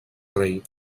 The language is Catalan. rei